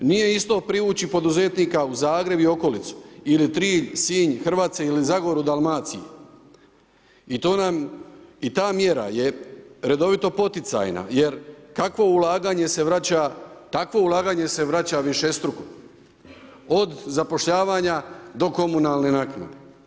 Nije isto privući poduzetnika u Zagreb i okolicu ili Trilj, Sinj, Hrvatce ili Zagoru u Dalmaciji i to nam i ta mjera je redovito poticajna jer kakvo ulaganje se vraća, takvo ulaganje se vraća višestruko, od zapošljavanja do komunalne naknade.